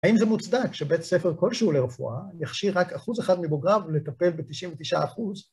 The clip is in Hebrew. האם זה מוצדק שבית ספר כלשהו לרפואה יכשיר רק אחוז אחד מבוגריו לטפל ב-99%?